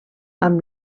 amb